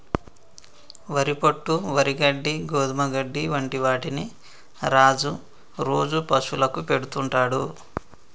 వరి పొట్టు, వరి గడ్డి, గోధుమ గడ్డి వంటి వాటిని రాజు రోజు పశువులకు పెడుతుంటాడు